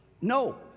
No